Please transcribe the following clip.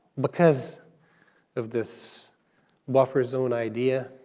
because of this buffer zone idea,